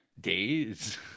Days